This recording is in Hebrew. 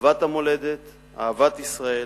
אהבת המולדת, אהבת ישראל